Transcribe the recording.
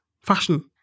fashion